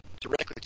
directly